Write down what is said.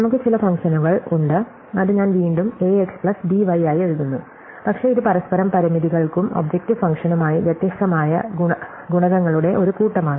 നമുക്ക് ചില ഫംഗ്ഷനുകൾ ഉണ്ട് അത് ഞാൻ വീണ്ടും a x plus b y ആയി എഴുതുന്നു പക്ഷേ ഇത് പരസ്പരം പരിമിതികൾക്കും ഒബ്ജക്ടീവ് ഫംഗ്ഷനുമായി വ്യത്യസ്തമായ ഗുണകങ്ങളുടെ ഒരു കൂട്ടമാണ്